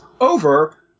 over